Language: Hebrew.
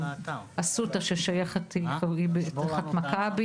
אסותא ששייכת תחת מכבי,